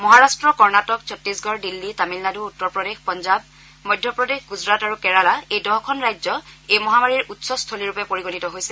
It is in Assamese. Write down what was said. মহাৰাট্ট কৰ্ণাকটক চট্টিশগড় দিল্লী তামিলনাডু উত্তৰপ্ৰদেশ পাঞ্জাৱ মধ্যপ্ৰদেশ গুজৰাট আৰু কেৰালা এই দহখন ৰাজ্য এই মহামাৰীৰ উৎস স্থলীৰূপে পৰিগণিত হৈছে